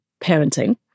parenting